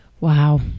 Wow